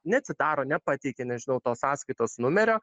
neatsidaro nepateikia nežinau tos sąskaitos numerio